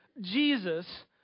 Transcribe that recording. Jesus